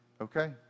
okay